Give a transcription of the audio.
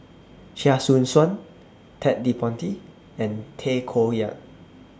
Chia Choo Suan Ted De Ponti and Tay Koh Yat